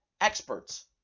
experts